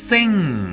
Sing